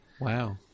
Wow